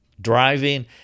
driving